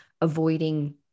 avoiding